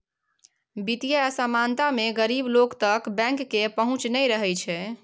बित्तीय असमानता मे गरीब लोक तक बैंक केर पहुँच नहि रहय छै